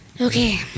Okay